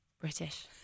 British